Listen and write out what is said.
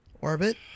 Orbit